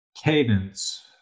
cadence